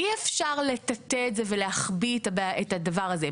אי אפשר לטאטא את זה ולהחביא את הדבר הזה.